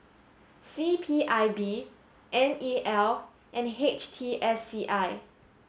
C P I B N E L and H T S C I